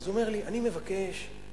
אז הוא אומר לי: אני מבקש צדק.